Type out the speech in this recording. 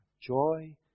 Joy